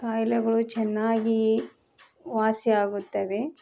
ಕಾಯಿಲೆಗಳು ಚೆನ್ನಾಗಿ ವಾಸಿ ಆಗುತ್ತವೆ